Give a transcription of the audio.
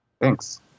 Thanks